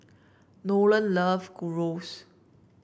Nolan love Gyros